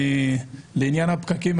לעניין הפקקים,